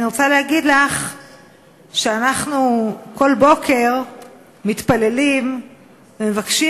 אני רוצה להגיד לך שאנחנו כל בוקר מתפללים ומבקשים